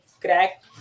crack